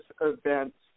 events